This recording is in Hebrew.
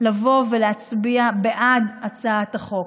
לבוא ולהצביע בעד הצעת החוק.